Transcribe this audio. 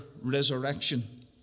resurrection